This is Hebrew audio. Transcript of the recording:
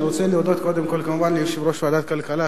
אני רוצה להודות ליושב-ראש ועדת הכלכלה,